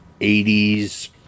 80s